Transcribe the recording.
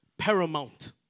paramount